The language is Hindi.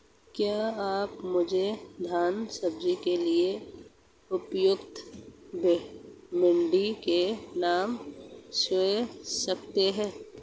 क्या आप मुझे धान बेचने के लिए उपयुक्त मंडी का नाम सूझा सकते हैं?